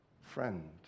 friend